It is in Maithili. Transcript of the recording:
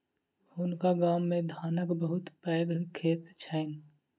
हुनका गाम मे धानक बहुत पैघ खेत छैन